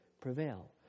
prevail